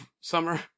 summer